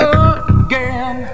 again